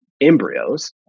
embryos